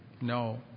No